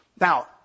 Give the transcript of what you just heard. Now